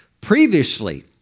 Previously